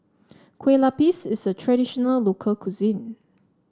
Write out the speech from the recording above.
Kueh Lupis is a traditional local cuisine